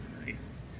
nice